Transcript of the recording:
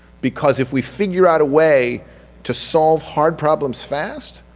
because if we figure out a way to solve hard problems fast,